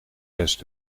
best